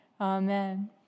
Amen